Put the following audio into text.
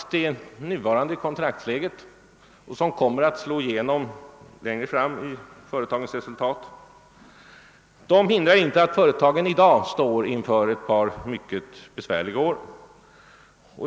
Det nuvarande kontraktsläget — som kommer att slå igenom längre fram i företagens resultat — hindrar alltså inte att företagen står inför ett par mycket besvärliga år.